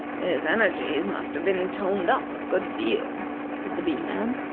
his energies must have been toned up a good deal, said the bee-man.